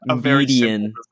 median